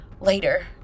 Later